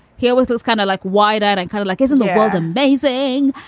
he always was kind of like wide-eyed and kind of like, isn't the world amazing?